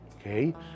okay